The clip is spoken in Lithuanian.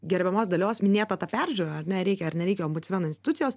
gerbiamos dalios minėta peržiūra ar reikia ar nereikia ombudsmeno institucijos